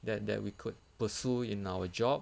that that we could pursue in our job